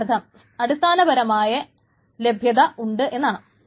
അതിന്റെ അർത്ഥം അടിസ്ഥാനപരമായി ലഭ്യത ഉണ്ട് എന്നാണ്